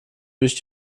durch